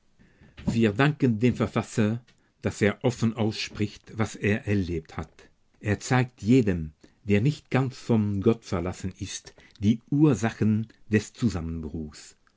wir danken dem verfasser daß er offen ausspricht was er erlebt hat er zeigt jedem der nicht ganz von gott verlassen ist die ursachen des zusammenbruchs